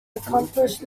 accomplished